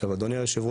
אדוני היושב ראש,